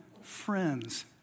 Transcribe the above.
friends